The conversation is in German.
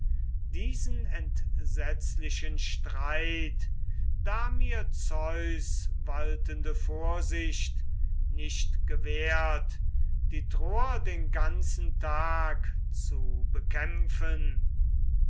diesen entsetzlichen streit da mir zeus waltende vorsicht nicht gewährt die troer den ganzen tag zu bekämpfen